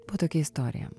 buvo tokia istorija